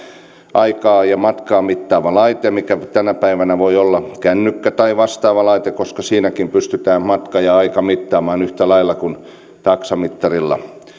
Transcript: aikaa ja matkaa mittaava laite mikä tänä päivänä voi olla kännykkä tai vastaava laite koska siinäkin pystytään matka ja aika mittaamaan yhtä lailla kuin taksamittarilla